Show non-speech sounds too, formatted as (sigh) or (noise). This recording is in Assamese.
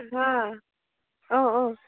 (unintelligible) অঁ অঁ